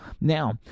Now